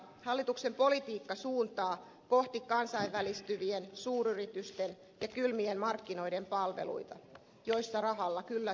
hallituksen politiikka suuntaa kohti kansainvälistyvien suuryritysten ja kylmien markkinoiden palveluita joissa rahalla kyllä saa